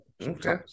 Okay